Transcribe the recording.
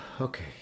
Okay